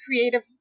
creative